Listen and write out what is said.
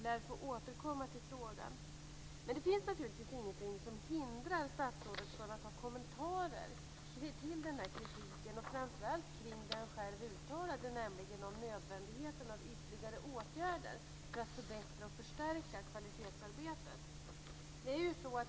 Vi lär få återkomma till frågan. Det finns naturligtvis ingenting som hindrar statsrådet från att ge kommentarer till kritiken och framför allt om vad han själv har uttalat om nödvändigheten av ytterligare åtgärder för att förbättra och förstärka kvalitetsarbetet.